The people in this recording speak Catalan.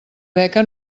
beca